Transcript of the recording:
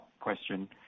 question